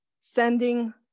sending